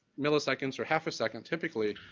milliseconds or half a second typically,